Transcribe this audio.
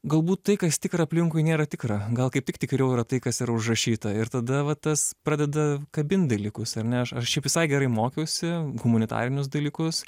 galbūt tai kas tikra aplinkui nėra tikra gal kaip tik tikriau yra tai kas yra užrašyta ir tada va tas pradeda kabint dalykus ar ne aš aš šiaip visai gerai mokiausi humanitarinius dalykus